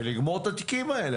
ולגמור את התיקים האלה?